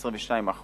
22%